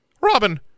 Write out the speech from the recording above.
robin